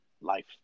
life